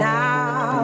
now